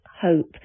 hope